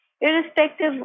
irrespective